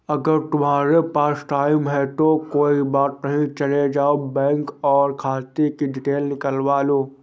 अगर तुम्हारे पास टाइम है तो कोई बात नहीं चले जाओ बैंक और खाते कि डिटेल निकलवा लो